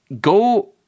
Go